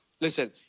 Listen